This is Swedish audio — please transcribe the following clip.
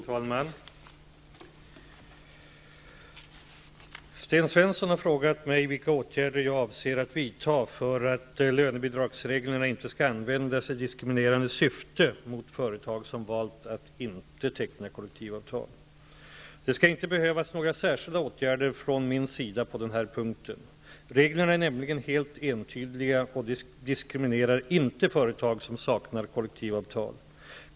Herr talman! Sten Svensson har frågat mig vilka åtgärder jag avser att vidta för att lönebidragsreglerna inte skall användas i diskriminerande syfte mot företag som valt att inte teckna kollektivavtal. Det skall inte behövas några särskilda åtgärder från min sida på den här punkten. Reglerna är nämligen helt entydiga, och de diskriminerar inte företag som saknar kollektivavtal.